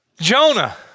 Jonah